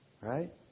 Right